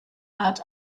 art